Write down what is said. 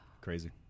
Crazy